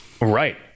right